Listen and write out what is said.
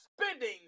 spending